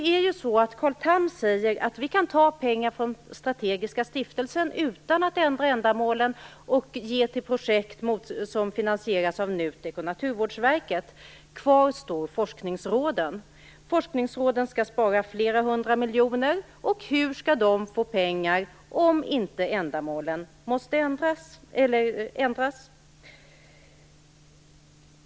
Carl Tham säger att vi kan ta pengar från den strategiska stiftelsen utan att ändra ändamålen och ge till projekt som finansieras av NUTEK och Naturvårdsverket. Kvar står forskningsråden. Forskningsråden skall spara flera hundra miljoner. Hur skall de få pengar om inte ändamålen måste ändras?